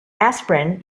asprin